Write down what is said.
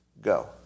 Go